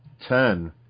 Ten